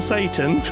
Satan